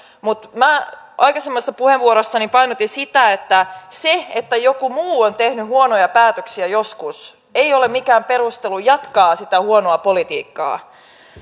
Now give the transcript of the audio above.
mutta aikaisemmassa puheenvuorossani painotin sitä että se että joku muu on tehnyt huonoja päätöksiä joskus ei ole mikään perustelu jatkaa sitä huonoa politiikkaa